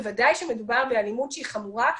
בוודאי כשמדובר באלימות חמורה,